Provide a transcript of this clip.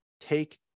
take